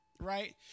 Right